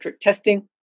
testing